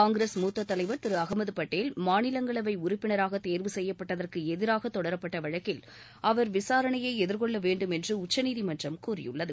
காங்கிரஸ் தலைவர் திரு அகமது பட்டேல் மாநிலங்களவை உறுப்பினராக தேர்வு செய்யப்பட்டதற்கு எதிராக தொடரப்பட்ட வழக்கில் அவர் விசாரணையை எதிர்கொள்ளவேண்டும் என்று உச்சநீதிமன்றம் கூறியுள்ளது